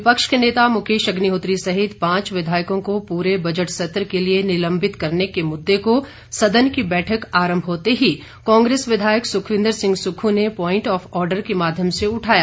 विपक्ष के नेता मुकेश अग्निहोत्री सहित पांच विधायकों को पूरे बजट सत्र के लिए निलंबत करने के मुददे को सदन की बैठक आरंभ होते ही कांग्रेस विधायक सुखविंद्र सिंह सुक्खू ने प्वाइंट ऑफ आर्डर के माध्यम से उठाया